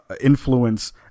influence